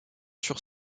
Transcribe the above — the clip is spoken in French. sur